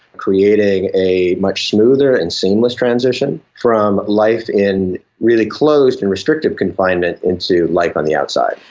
creating a much smoother and seamless transition from life in really closed and restricted confinement into life on the outside.